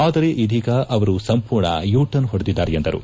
ಆದರೆ ಇದೀಗ ಅವರು ಸಂಪೂರ್ಣ ಯೂ ಟರ್ನ್ ಹೊಡೆದಿದ್ದಾರೆ ಎಂದರು